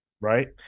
Right